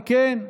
וכן,